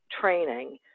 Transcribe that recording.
training